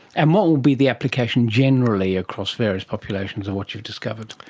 and what will be the application generally across various populations of what you've discovered?